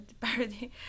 parody